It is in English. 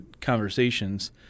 conversations